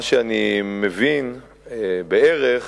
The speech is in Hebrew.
מה שאני מבין בערך